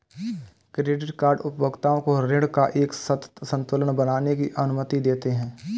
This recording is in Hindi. क्रेडिट कार्ड उपभोक्ताओं को ऋण का एक सतत संतुलन बनाने की अनुमति देते हैं